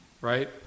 Right